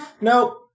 no